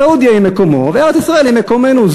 סעודיה היא מקומו, וארץ-ישראל היא מקומנו.